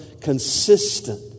consistent